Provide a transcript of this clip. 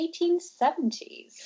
1870s